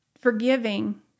forgiving